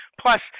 Plus